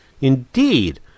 Indeed